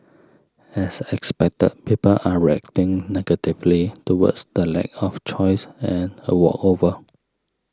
as expected people are reacting negatively towards the lack of choice and a walkover